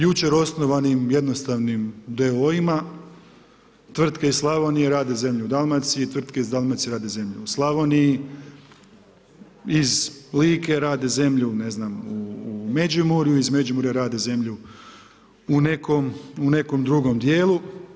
Jučer osnovanim jednostavnim d.o.o. tvrtke iz Slavonije rade zemlju u Dalmaciji, tvrtke iz Dalmacije rade zemlju u Slavoniji, iz Like rade zemlju ne znam u Međimurju, iz Međimurju rade zemlju u nekom novom dijelu.